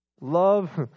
Love